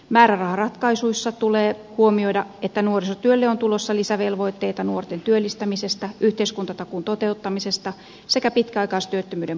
määräraharatkaisuissa tulee huomioida että nuorisotyölle on tulossa lisävelvoitteita nuorten työllistämisestä yhteiskuntatakuun toteuttamisesta sekä pitkäaikaistyöttömyyden poistamisesta